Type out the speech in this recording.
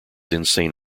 insane